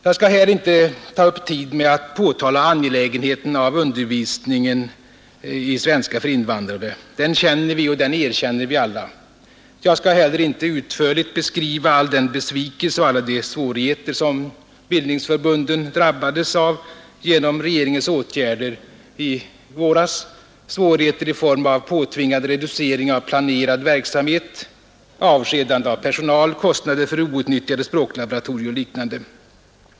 Jag skall inte här ta upp tid med att påtala angelägenheten av undervisning i svenska för invandrare — den känner vi och den erkänner vi alla. Jag skall heller inte utförligt beskriva all den besvikelse och alla de svårigheter som bildningsförbunden drabbades av genom regeringens åtgärder i våras, svårigheter i form av påtvingad reducering av planerad verksamhet, avskedande av personal, kostnader för outnyttjade språklaboratorier och liknande.